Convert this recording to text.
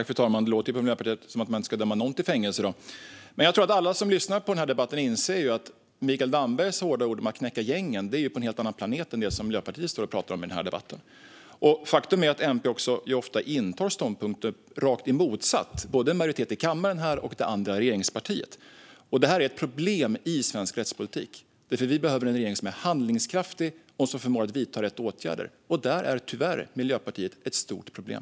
Fru talman! Det låter på Miljöpartiet som att man inte ska döma någon till fängelse. Jag tror att alla som lyssnar på den här debatten inser att Mikael Dambergs hårda ord om att knäcka gängen är på en helt annan planet än det som Miljöpartiets representant står och talar om i den här debatten. Faktum är att MP ofta intar ståndpunkter som är rakt motsatta till vad majoriteten i kammaren och det andra regeringspartiet har. Det är ett problem i svensk rättspolitik. Vi behöver en regering som är handlingskraftig och förmår att vidta rätt åtgärder. Där är tyvärr Miljöpartiet ett stort problem.